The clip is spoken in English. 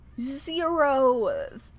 zero